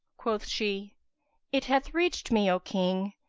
quoth she it hath reached me, o king,